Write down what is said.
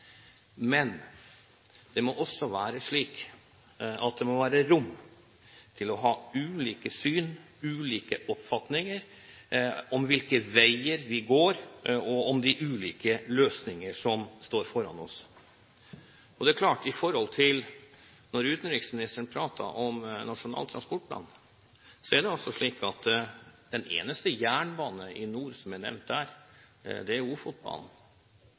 Men det må også være slik at det må være rom for å ha ulike syn og ulike oppfatninger om hvilke veier vi går, og om de ulike løsninger som står foran oss. Det er klart at med tanke på at utenriksministeren pratet om Nasjonal transportplan, er det altså slik at den eneste jernbane i nord som er nevnt der, er Ofotbanen.